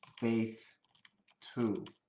faith too.